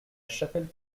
chapelle